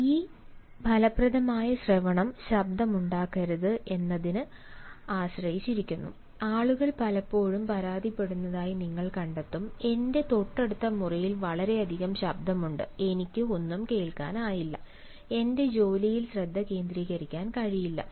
ഈ ഫലപ്രദമായ ശ്രവണം ശബ്ദമുണ്ടാകരുത് എന്നതിനെ ആശ്രയിച്ചിരിക്കുന്നു ആളുകൾ പലപ്പോഴും പരാതിപ്പെടുന്നതായി നിങ്ങൾ കണ്ടെത്തും എന്റെ തൊട്ടടുത്ത മുറിയിൽ വളരെയധികം ശബ്ദമുണ്ട് എനിക്ക് ഒന്നും കേൾക്കാനാകില്ല എന്റെ ജോലിയിൽ ശ്രദ്ധ കേന്ദ്രീകരിക്കാൻ കഴിയില്ല